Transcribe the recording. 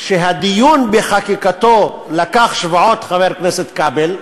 שהדיון בחקיקתו לקח שבועות, חבר הכנסת כבל,